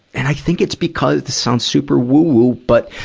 and i think it's because it sounds super woo woo. but,